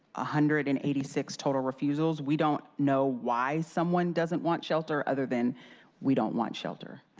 ah hundred and eighty six total refusals. we don't know why someone doesn't want shelter other than we don't want shelter.